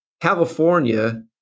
California